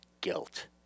guilt